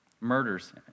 murders